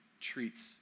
treats